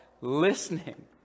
Listening